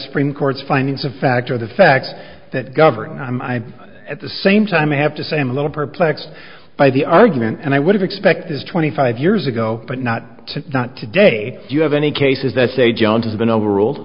supreme court's findings of fact are the facts that govern and i'm at the same time i have to say i'm a little perplexed by the argument and i would expect is twenty five years ago but not not today do you have any cases that say john has been overruled